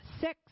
Six